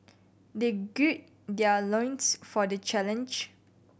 they gird their loins for the challenge